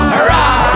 Hurrah